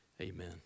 Amen